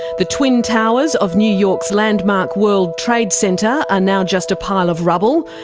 the twin towers of new york's landmark world trade centre are now just a pile of rubble.